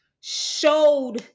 showed